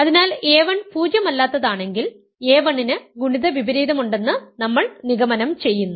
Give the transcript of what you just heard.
അതിനാൽ a1 പൂജ്യമല്ലാത്തതാണെങ്കിൽ a1 ന് ഗുണിത വിപരീതമുണ്ടെന്ന് നമ്മൾ നിഗമനം ചെയ്യുന്നു